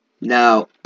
Now